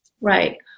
right